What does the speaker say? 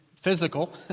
physical